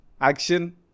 Action